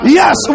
yes